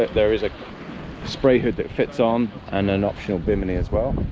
there is a spray hood that fits on and an optional bimini as well,